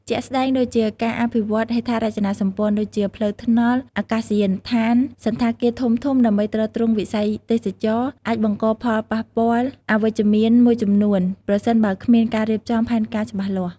ជាក់ស្ដែងដូចជា ការអភិវឌ្ឍហេដ្ឋារចនាសម្ព័ន្ធ ដូចជាផ្លូវថ្នល់ អាកាសយានដ្ឋាន សណ្ឋាគារធំៗ ដើម្បីទ្រទ្រង់វិស័យទេសចរណ៍ អាចបង្កផលប៉ះពាល់អវិជ្ជមានមួយចំនួន ប្រសិនបើគ្មានការរៀបចំផែនការច្បាស់លាស់។